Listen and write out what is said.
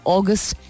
August